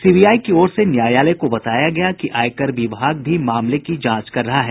CBI की ओर से न्यायालय को बताया गया कि आयकर विभाग भी मामले की जांच कर रहा है